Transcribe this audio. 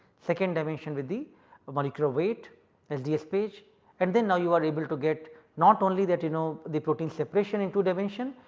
second dimension with the molecular weight sds-page and then now you are able to get not only that you know the protein separation in two dimension,